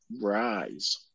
Rise